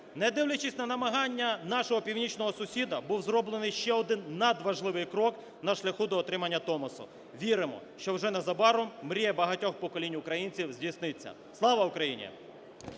Не дивлячись на намагання нашого північного сусіда, був зроблений ще один надважливий крок на шляху до отримання Томосу. Віримо, що вже незабаром мрія багатьох поколінь українців здійсниться. Слава Україні!